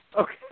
okay